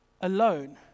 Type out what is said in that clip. alone